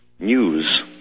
News